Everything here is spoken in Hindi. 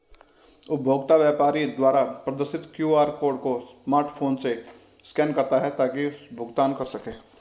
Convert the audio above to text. उपभोक्ता व्यापारी द्वारा प्रदर्शित क्यू.आर कोड को स्मार्टफोन से स्कैन करता है ताकि भुगतान कर सकें